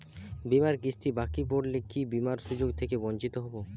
বিমার কিস্তি বাকি পড়লে কি বিমার সুযোগ থেকে বঞ্চিত হবো?